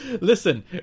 Listen